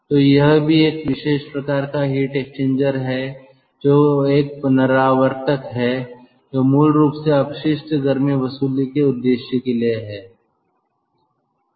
तो यह भी एक विशेष प्रकार का हीट एक्सचेंजर है जो एक रिकूपरेटर है जो मूल रूप से अपशिष्ट गर्मी वसूली के उद्देश्य के लिए है